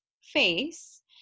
face